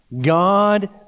God